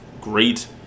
great